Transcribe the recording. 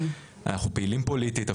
אנחנו אפילו פעילים פוליטית,